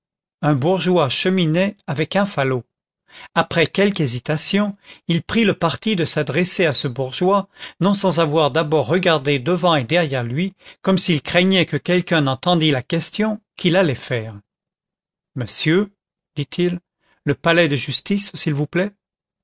un bourgeois cheminait avec un falot après quelque hésitation il prit le parti de s'adresser à ce bourgeois non sans avoir d'abord regardé devant et derrière lui comme s'il craignait que quelqu'un n'entendit la question qu'il allait faire monsieur dit-il le palais de justice s'il vous plaît